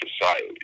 society